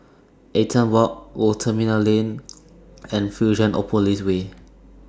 Eaton Walk Old Terminal Lane and Fusionopolis Way